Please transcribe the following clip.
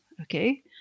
okay